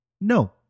No